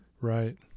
Right